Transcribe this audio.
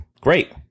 great